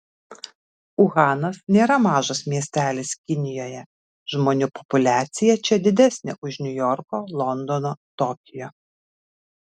uhanas nėra mažas miestelis kinijoje žmonių populiacija čia didesnė už niujorko londono tokijo